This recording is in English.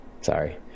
Sorry